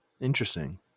Interesting